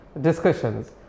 discussions